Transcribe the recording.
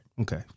Okay